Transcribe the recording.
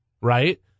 right